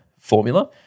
formula